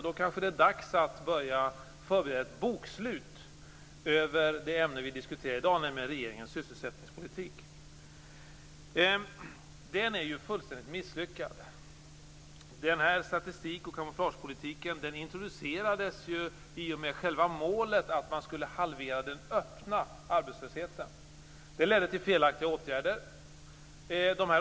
Då kanske det är dags att börja förbereda ett bokslut över det ämne som vi diskuterar i dag, nämligen regeringens sysselsättningspolitik. Den är ju fullständigt misslyckad. Denna statistik och kamouflagepolitik introducerades ju i och med själva målet att halvera den öppna arbetslösheten. Det ledde till felaktiga åtgärder.